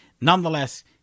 Nonetheless